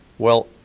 well,